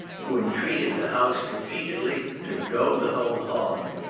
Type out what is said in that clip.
who entreated the house repeatedly to go the whole hog.